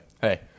Hey